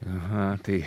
aha tai